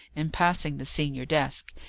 in passing the senior desk,